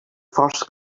first